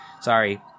Sorry